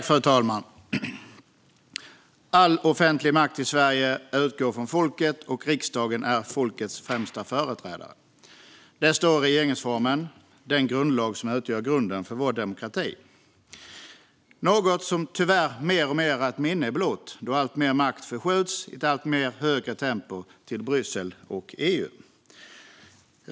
Fru talman! All offentlig makt i Sverige utgår från folket, och riksdagen är folkets främsta företrädare. Det står i regeringsformen, den grundlag som utgör grunden för vår demokrati - något som tyvärr mer och mer är ett minne blott då alltmer makt i ett allt högre tempo förskjuts till Bryssel och EU.